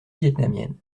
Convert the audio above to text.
vietnamienne